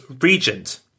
regent